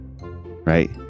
right